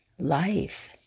life